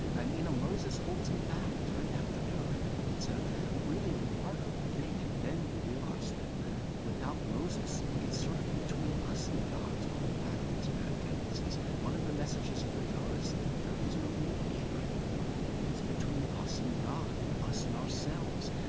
and, you know, moses holds him back time after time, and it's a really remarkable thing. and then you realize that without moses, it's sort of between us and god to hold back these bad tendencies. one of the messages of the torah is that there is no mediator anymore it's between us and god and us and ourselves.